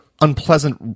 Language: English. unpleasant